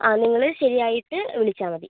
ആ നിങ്ങൾ ശരിയായിട്ട് വിളിച്ചാൽ മതി